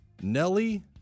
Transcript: Nelly